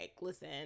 listen